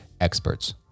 experts